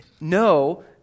No